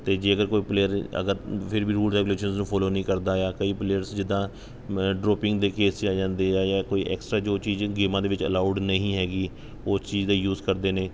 ਅਤੇ ਜੇ ਅਗਰ ਕੋਈ ਪਲੇਅਰ ਅਗਰ ਫਿਰ ਵੀ ਰੂਲ ਰੈਗੂਲੇਸ਼ਨਸ ਨੂੰ ਫੋਲੋ ਨਹੀਂ ਕਰਦਾ ਆ ਕਈ ਪਲੇਅਰਸ ਜਿੱਦਾਂ ਡਰੋਪਿੰਗ ਦੇ ਕੇਸ 'ਚ ਆ ਜਾਂਦੇ ਆ ਜਾਂ ਕੋਈ ਐਕਸਟਰਾ ਜੋ ਚੀਜ਼ ਗੇਮਾਂ ਦੇ ਵਿੱਚ ਅਲਾਊਡ ਨਹੀਂ ਹੈਗੀ ਉਹ ਚੀਜ਼ ਦਾ ਯੂਜ ਕਰਦੇ ਨੇ